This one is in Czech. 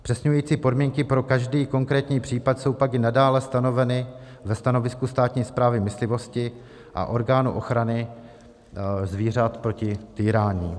Zpřesňující podmínky pro každý konkrétní případ jsou pak i nadále stanoveny ve stanovisku státní správy myslivosti a orgánu ochrany zvířat proti týrání.